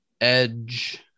Edge